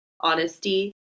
honesty